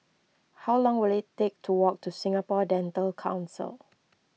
how long will it take to walk to Singapore Dental Council